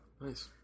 Nice